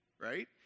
right